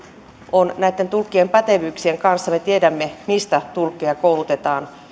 on tulkkien pätevyyksien kanssa me tiedämme missä tulkkeja koulutetaan